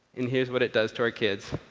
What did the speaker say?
and here's what it does to our kids.